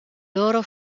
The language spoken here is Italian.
loro